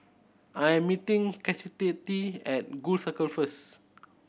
I am meeting Chastity at Gul Circle first